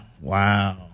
wow